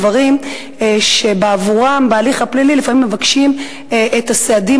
דברים שבעבורם בהליך הפלילי לפעמים מבקשים את הסעדים